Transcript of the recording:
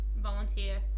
volunteer